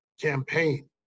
campaign